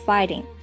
Fighting 。